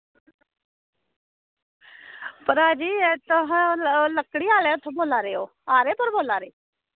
एह् भ्रा जी तुस लकड़ी आह्ले बोल्ला दे ओ आरे आह्ले बोल्ला दे ओ